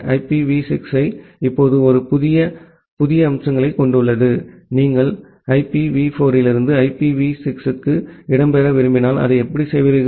IPv 6 இப்போது ஒரு புதிய புதிய அம்சங்களைக் கொண்டுள்ளது நீங்கள் ஐபிவி 4 இலிருந்து ஐபிவி 6 க்கு இடம்பெயர விரும்பினால் அதை எப்படி செய்வீர்கள்